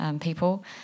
people